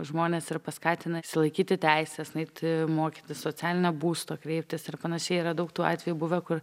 žmones ir paskatina išsilaikyti teises nueit mokytis socialinio būsto kreiptis ir panašiai yra daug tų atvejų buvę kur